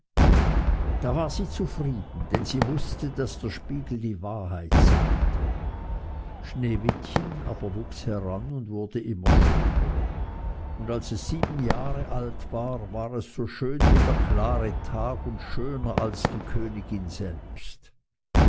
da war sie zufrieden denn sie wußte daß der spiegel die wahrheit sagte sneewittchen aber wuchs heran und wurde immer schöner und als es sieben jahre alt war war es so schön wie der klare tag und schöner als die königin selbst